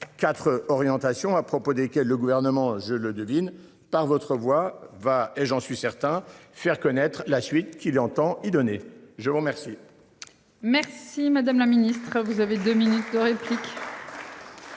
4 orientations à propos desquels le gouvernement je le devine par votre voix va et j'en suis certain, faire connaître la suite qu'il entend y donner. Je vous remercie. Merci, madame la Ministre, vous avez Dominique de répliques.